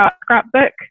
scrapbook